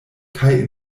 kaj